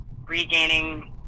regaining